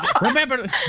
Remember